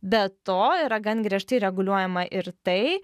be to yra gan griežtai reguliuojama ir tai